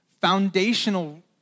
foundational